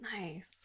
Nice